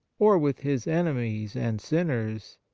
or with his enemies and sinners,